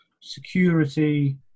security